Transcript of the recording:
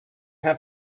have